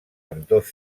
ambdós